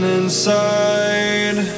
inside